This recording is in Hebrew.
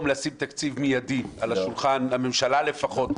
לשים לתקציב מיידי על שולחן הממשלה לפחות?